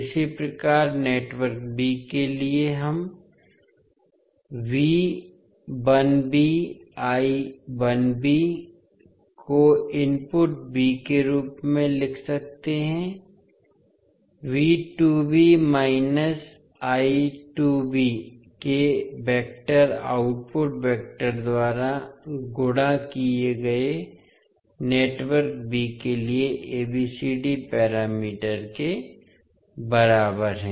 इसी प्रकार network b के लिए भी हम को इनपुट b के रूप में लिख सकते हैं के वेक्टर आउटपुट वेक्टर द्वारा गुणा किए गए नेटवर्क b के लिए ABCD पैरामीटर के बराबर है